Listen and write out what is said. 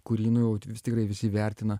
kurį nujautė vis tikrai visi įvertina